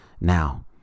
now